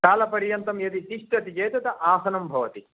कालपर्यन्तं यदि तिष्ठति चेत् तद् आसनं भवति